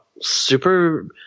super